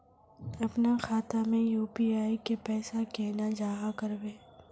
अपना खाता में यू.पी.आई के पैसा केना जाहा करबे?